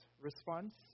response